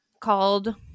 called